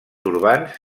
urbans